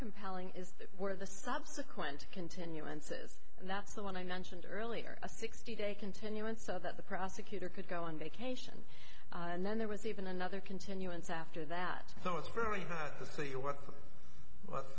compelling is where the subsequent continuances and that's the one i mentioned earlier a sixty day continuance so that the prosecutor could go on vacation and then there was even another continuance after that so it's very hard to s